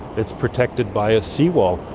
it's protected by a seawall.